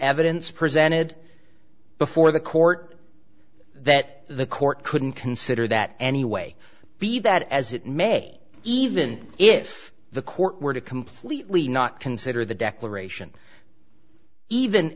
evidence presented before the court that the court couldn't consider that anyway be that as it may even if the court were to completely not consider the declaration even